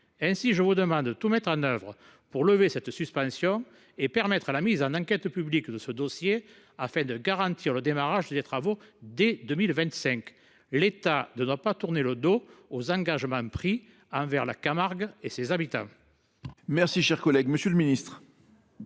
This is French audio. je vous demande de tout mettre en œuvre pour lever cette suspension et permettre la mise en enquête publique de ce dossier afin de garantir le démarrage des travaux dès 2025. L’État ne doit pas tourner le dos aux engagements pris envers la Camargue et ses habitants.